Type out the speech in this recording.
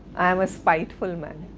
i am a spiteful man.